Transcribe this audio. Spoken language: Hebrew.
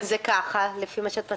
אם זה כך לפי מה שאת מציגה.